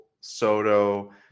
Soto